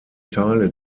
teile